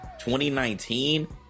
2019